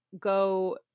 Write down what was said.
go